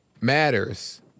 matters